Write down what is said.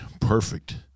perfect